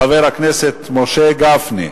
חבר הכנסת משה גפני.